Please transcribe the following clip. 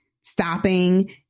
stopping